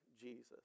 Jesus